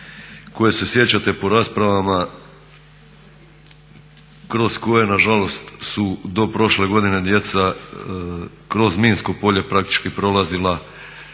koje se sjećate po raspravama kroz koje nažalost su do prošle godine djeca kroz minsko polje praktički prolazila